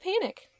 panic